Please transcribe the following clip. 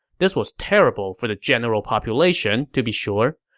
this was terrible for the general population, to be sure,